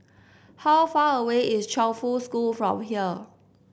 how far away is Chongfu School from here